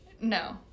No